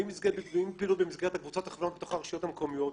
ואם בפעילות במסגרת הקבוצות בתוך הרשויות המקומיות.